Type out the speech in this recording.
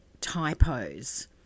typos